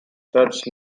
church